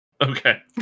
Okay